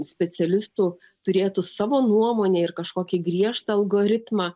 specialistų turėtų savo nuomonę ir kažkokį griežtą algoritmą